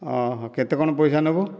ଓ ଓଃ କେତେ କ'ଣ ପଇସା ନେବୁ